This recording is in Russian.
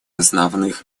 основных